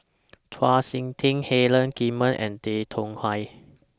Chau Sik Ting Helen and Tay Chong Hai